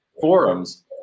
forums